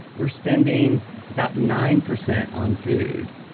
we're spending about nine percent on food,